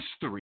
history